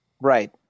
Right